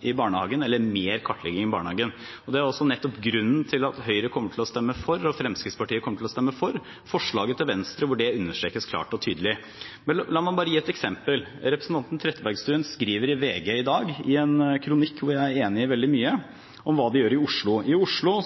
i barnehagen eller mer kartlegging i barnehagen. Det er også nettopp grunnen til at Høyre og Fremskrittspartiet kommer til å stemme for forslaget fra Venstre, hvor det understrekes klart og tydelig. La meg bare gi et eksempel. Representanten Trettebergstuen skriver i en kronikk i VG i dag – hvor jeg er enig i veldig mye – om hva de gjør i Oslo. I Oslo